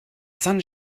sun